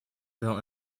built